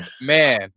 man